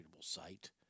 site